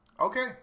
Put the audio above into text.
okay